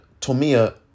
Tomia